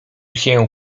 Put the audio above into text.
się